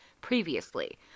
previously